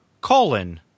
colon